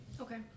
Okay